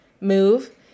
move